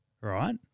right